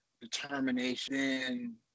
determination